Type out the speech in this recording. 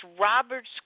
Roberts